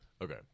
Okay